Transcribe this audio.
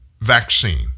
vaccine